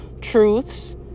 truths